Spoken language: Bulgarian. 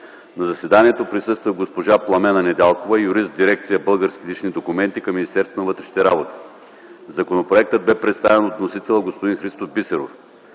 На заседанието присъства госпожа Пламена Недялкова – юрист в дирекция „Български лични документи” към Министерство на вътрешните работи. Законопроектът бе представен от вносителя – господин Христо Бисеров.